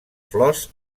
flors